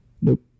Nope